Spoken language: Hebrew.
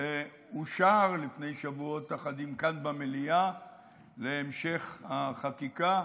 אושר לפני שבועות אחדים כאן במליאה להמשך החקיקה,